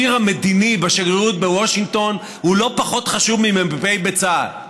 הציר המדיני בשגרירות בוושינגטון הוא לא פחות חשוב ממ"פ בצה"ל,